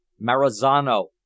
Marizano